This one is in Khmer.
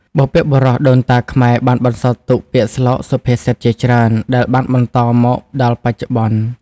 បុព្វបុរសដូនតាខ្មែរបានបន្សល់ទុក ពាក្យស្លោក សុភាសិតជាច្រើន ដែលបានបន្តមកដល់បច្ចុប្បន្ន។